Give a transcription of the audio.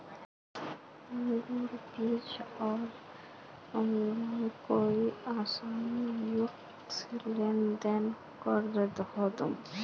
अंकूर बीज आर अंकूर कई औसत आयु के कटाई में कुंसम करे लेन देन होए?